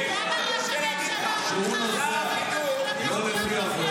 למה ראש הממשלה שלך --- הוא נוסע לא לפי החוק.